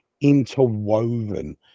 interwoven